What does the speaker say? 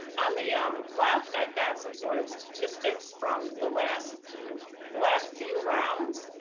on the um left i've got some sort of statistics from the last few last few rounds,